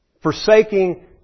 Forsaking